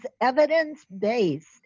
evidence-based